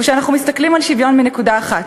או שאנחנו מסתכלים על שוויון מנקודה אחרת,